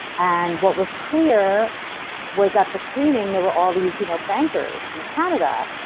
and what was clear was at the screening there were all these you know bankers from canada.